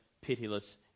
pitiless